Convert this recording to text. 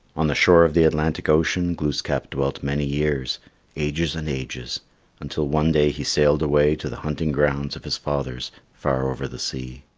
on the shore of the atlantic ocean, glooskap dwelt many years ages and ages until one day he sailed away to the hunting grounds of his fathers far over the sea.